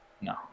No